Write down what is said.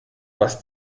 was